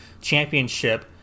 Championship